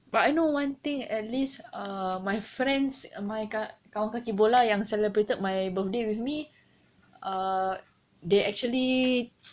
but I know one thing at least ah my friends my ka~ kawan kaki bola yang celebrated my birthday with me ah they actually